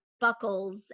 buckles